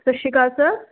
ਸਤਿ ਸ਼੍ਰੀ ਅਕਾਲ ਸਰ